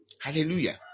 Hallelujah